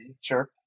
Sure